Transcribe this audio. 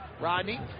Rodney